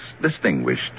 distinguished